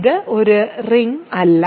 ഇത് ഒരു റിങ് അല്ല